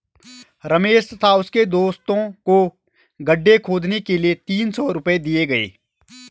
रमेश तथा उसके दोस्तों को गड्ढे खोदने के लिए तीन सौ रूपये दिए गए